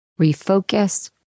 refocus